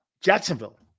Jacksonville